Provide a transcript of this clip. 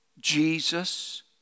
Jesus